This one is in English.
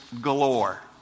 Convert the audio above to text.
galore